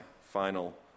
final